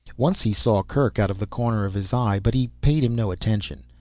once he saw kerk out of the corner of his eye but he paid him no attention.